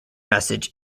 message